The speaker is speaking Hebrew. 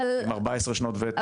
עם 14 שנות ותק,